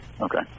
okay